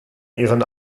ihren